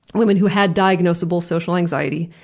women who had diagnosable social anxiety,